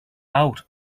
out